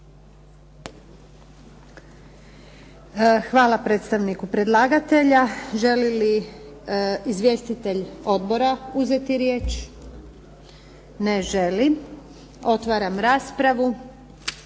Hvala predstavniku predlagatelja. Želi li izvjestitelj odbora uzeti riječ? Ne želi. Otvaram raspravu.